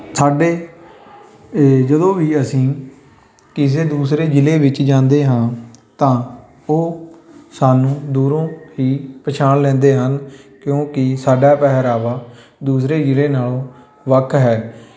ਸਾਡੇ ਜਦੋਂ ਵੀ ਅਸੀਂ ਕਿਸੇ ਦੂਸਰੇ ਜ਼ਿਲ੍ਹੇ ਵਿੱਚ ਜਾਂਦੇ ਹਾਂ ਤਾਂ ਉਹ ਸਾਨੂੰ ਦੂਰੋਂ ਹੀ ਪਛਾਣ ਲੈਂਦੇ ਹਨ ਕਿਉਂਕਿ ਸਾਡਾ ਪਹਿਰਾਵਾ ਦੂਸਰੇ ਜ਼ਿਲ੍ਹੇ ਨਾਲੋਂ ਵੱਖ ਹੈ